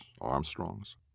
Armstrongs